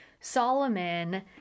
Solomon